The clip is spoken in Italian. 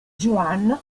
juan